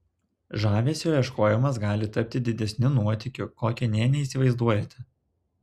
žavesio ieškojimas gali tapti didesniu nuotykiu kokio nė neįsivaizduojate